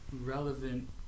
relevant